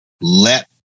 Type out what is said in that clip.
let